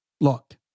Look